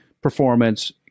performance